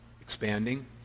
expanding